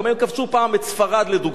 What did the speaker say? גם הם כבשו פעם את ספרד, לדוגמה.